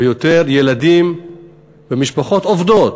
ויותר ילדים במשפחות עובדות,